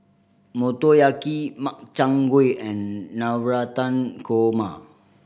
Motoyaki Makchang Gui and Navratan Korma